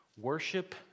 Worship